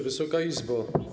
Wysoka Izbo!